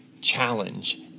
challenge